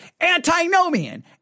antinomian